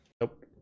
Nope